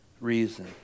reason